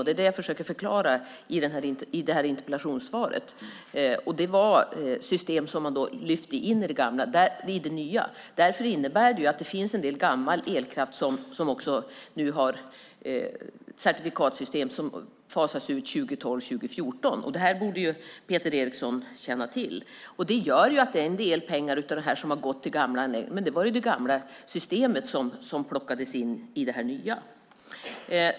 Det är vad jag försöker förklara i interpellationssvaret. Det var gamla system som man lyfte in. Det innebär att det finns en del gammal elkraft som nu har certifikatsystem som fasas ut 2012 och 2014. Det borde Peter Eriksson känna till. Det gör att det är en del pengar som har gått till det gamla system som plockades in i det nya.